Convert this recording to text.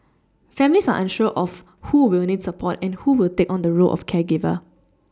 families are unsure of who will need support and who will take on the role of caregiver